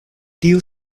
tiu